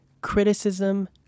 criticism